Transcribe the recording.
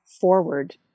forward